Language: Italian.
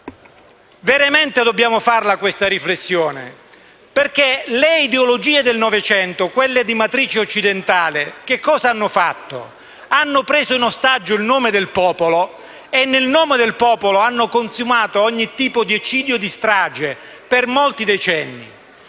Veramente dobbiamo farla questa riflessione, perché le ideologie del Novecento, quelle di matrice occidentale, hanno preso in ostaggio il nome del popolo e nel nome del popolo hanno consumato ogni tipo di eccidio e di strage per molti decenni.